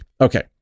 Okay